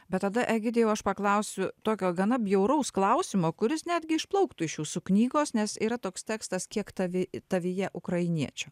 bet tada egidijau aš paklausiu tokio gana bjauraus klausimo kuris netgi išplauktų iš jūsų knygos nes yra toks tekstas kiek tavi tavyje ukrainiečio